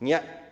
Nie.